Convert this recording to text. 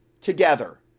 together